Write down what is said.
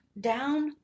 down